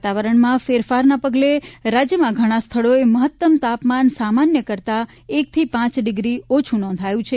વાતાવરણમાં ફેરફારના પગલે રાજયમાં ઘણાં સ્થળોએ મહત્તમ તાપમાન સામાન્ય કરતાં એકથી પાંચ ડિગ્રી ઓછું નોંધાયું છે